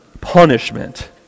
punishment